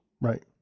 right